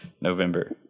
November